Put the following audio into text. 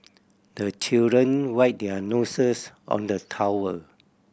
the children wipe their noses on the towel